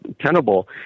tenable